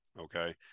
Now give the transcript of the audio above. Okay